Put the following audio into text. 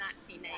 1980